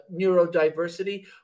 neurodiversity